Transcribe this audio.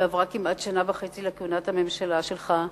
ועברה כמעט שנה וחצי לכהונת הממשלה שלך.